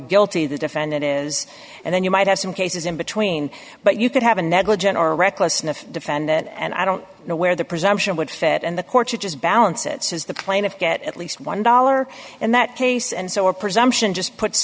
guilty the defendant is and then you might have some cases in between but you could have a negligent or recklessness defendant and i don't know where the presumption would fit and the courts would just balance it says the plaintiffs get at least one dollar in that case and so a presumption just puts